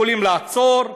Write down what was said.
יכולים לעצור,